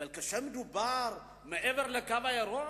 אבל כאשר מדובר מעבר ל"קו הירוק",